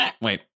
Wait